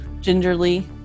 gingerly